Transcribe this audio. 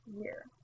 year